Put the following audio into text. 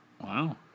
Wow